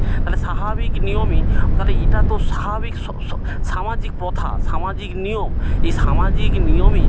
তাহলে স্বাভাবিক নিয়মে তাহলে এটা তো স্বাভাবিক স সামাজিক প্রথা সামাজিক নিয়ম এই সামাজিক নিয়মেই